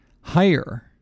higher